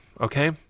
okay